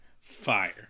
Fire